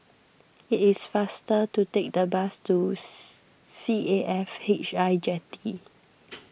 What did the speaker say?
it is faster to take the bus to C A F H I Jetty